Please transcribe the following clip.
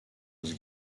was